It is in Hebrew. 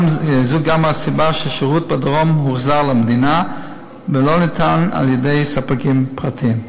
זו גם הסיבה שהשירות בדרום הוחזר למדינה ולא ניתן על-ידי ספקים פרטיים.